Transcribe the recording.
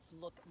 look